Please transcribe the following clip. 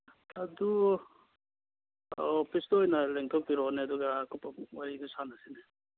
ꯑꯗꯨ ꯑꯧ ꯑꯣꯐꯤꯁꯇ ꯑꯣꯏꯅ ꯂꯦꯡꯊꯣꯛꯄꯤꯔꯛꯑꯣꯅꯦ ꯑꯗꯨꯒ ꯑꯀꯨꯞꯄ ꯋꯥꯔꯤꯗꯨ ꯁꯥꯟꯅꯔꯁꯤ